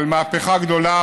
על מהפכה גדולה,